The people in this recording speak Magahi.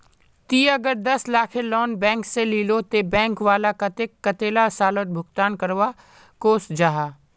ती अगर दस लाखेर लोन बैंक से लिलो ते बैंक वाला कतेक कतेला सालोत भुगतान करवा को जाहा?